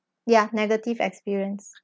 ya negative experience